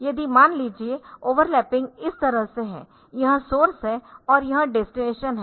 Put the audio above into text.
यदि मान लीजिए ओवरलैपिंग इस तरह से है यह सोर्स है और यह डेस्टिनेशन है